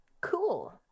Cool